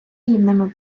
рівними